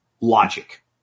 logic